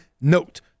Note